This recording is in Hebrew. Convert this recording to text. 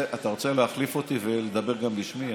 רוצה להחליף אותי ולדבר גם בשמי?